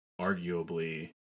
arguably